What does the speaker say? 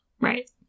Right